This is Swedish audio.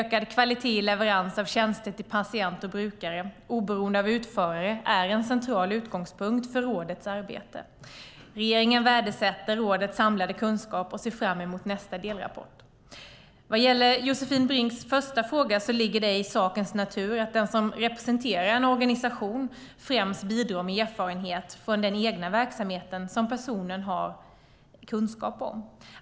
Ökad kvalitet i leverans av tjänster till patient och brukare, oberoende av utförare, är en central utgångspunkt för rådets arbete. Regeringen värdesätter rådets samlade kunskap och ser fram emot nästa delrapport. Vad gäller Josefin Brinks första fråga ligger det i sakens natur att den som representerar en organisation främst bidrar med erfarenhet från den egna verksamheten, som personen har kunskap om.